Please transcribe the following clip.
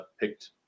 picked